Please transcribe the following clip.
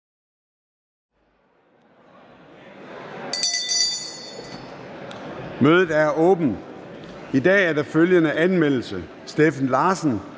Mødet er åbnet. I dag er der følgende anmeldelse: Steffen Larsen